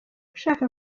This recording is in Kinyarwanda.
ushaka